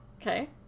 okay